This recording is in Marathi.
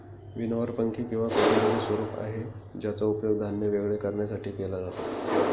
विनोवर पंखे किंवा कटोरीच स्वरूप आहे ज्याचा उपयोग धान्य वेगळे करण्यासाठी केला जातो